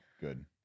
Good